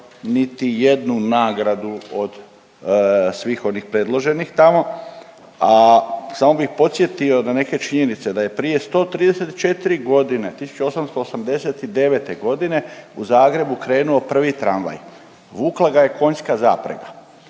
niti jednu nagradu od svih onih predloženih tamo, a samo bih podsjetio na neke činjenice da je prije 134 godine, 1889. godine u Zagrebu krenuo prvi tramvaj. Vukla ga je konjska zaprega.